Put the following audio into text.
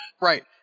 Right